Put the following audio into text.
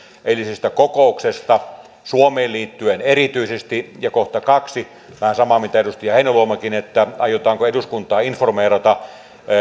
eilisestä kokouksesta suomeen liittyen erityisesti ja kohta kaksi vähän sama kuin mitä edustaja heinäluomakin sanoi aiotaanko eduskuntaa informeerata